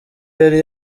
yari